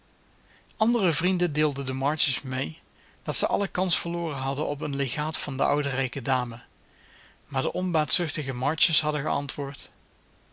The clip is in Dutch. andere vrienden deelden de marches mee dat ze alle kans verloren hadden op een legaat van de oude rijke dame maar de onbaatzuchtige marches hadden geantwoord